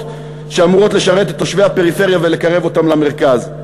שאמורות לשרת את תושבי הפריפריה ולקרב אותם למרכז.